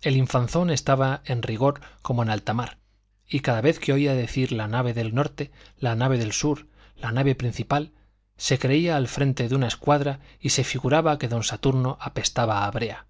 el infanzón estaba en rigor como en alta mar y cada vez que oía decir la nave del norte la nave del sur la nave principal se creía al frente de una escuadra y se figuraba que don saturno apestaba a brea